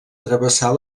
travessar